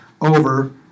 over